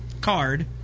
card